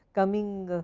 coming